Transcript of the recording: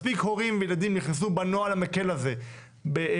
מספיק הורים וילדים נכנסו בנוהל המקל הזה לישראל,